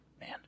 man